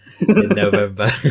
November